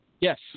Yes